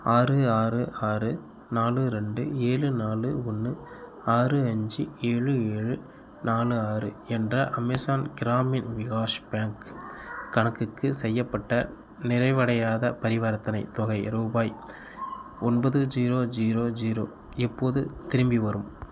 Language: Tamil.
ஆறு ஆறு ஆறு நாலு ரெண்டு ஏழு நாலு ஒன்று ஆறு அஞ்சு ஏழு ஏழு நாலு ஆறு என்ற அமேசான் கிராமின் விகாஷ் பேங்க் கணக்குக்கு செய்யப்பட்ட நிறைவடையாத பரிவர்த்தனைத் தொகை ரூபாய் ஒன்பது ஜீரோ ஜீரோ ஜீரோ எப்போது திரும்பி வரும்